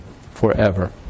forever